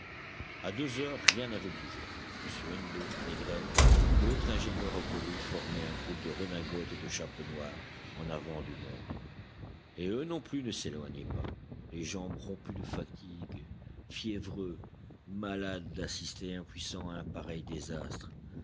a deux heures rien n'avait bougé m hennebeau négrel d'autres ingénieurs accourus formaient un groupe de redingotes et de chapeaux noirs en avant du monde et eux non plus ne s'éloignaient pas les jambes rompues de fatigue fiévreux malades d'assister impuissants à un pareil désastre